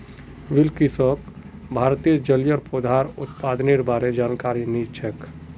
बिलकिसक भारतत जलिय पौधार उत्पादनेर बा र जानकारी नी छेक